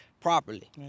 properly